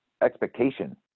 expectation